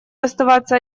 оставаться